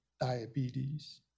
diabetes